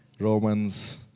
Romans